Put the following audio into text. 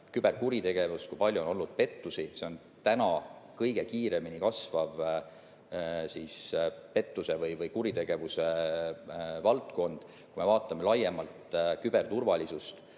küberkuritegevust, kui palju on olnud pettusi. See on kõige kiiremini kasvav pettuse või kuritegevuse valdkond. Kui me vaatame laiemalt küberturvalisust,